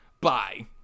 bye